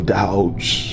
doubts